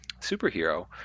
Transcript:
superhero